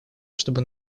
чтобы